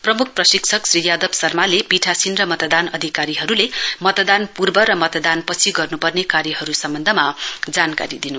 प्रम्ख प्रशिक्षक श्री यादव शर्माले पीठासीन र मतदान अधिकारीहरूले मतदान पूर्व र मतदानपछि गर्न् पर्ने कार्यहरू स म्बन्धमा जानकारी दिन् भयो